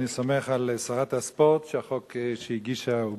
אני סומך על שרת הספורט שהחוק שמה שהיא הגישה הוא בסדר,